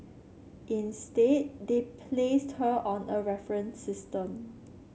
instead they placed her on a reference system